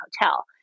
hotel